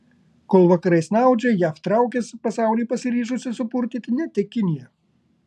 kol vakarai snaudžia jav traukiasi pasaulį pasiryžusi supurtyti ne tik kinija